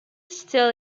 still